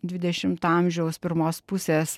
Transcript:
dvidešimto amžiaus pirmos pusės